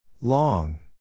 Long